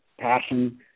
passion